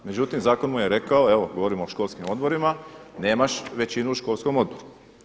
Međutim, zakon mu je rekao evo govorim o školskim odborima nemaš većinu u školskom odboru.